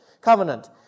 Covenant